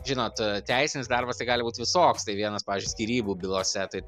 žinot a teisinis darbas tai gali būt visoks tai vienas pavyžiui skyrybų bylose tai